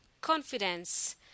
confidence